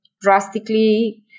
drastically